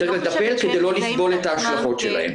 צריך לטפל כדי לא לסבול את ההשלכות שלהן.